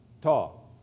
talk